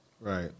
Right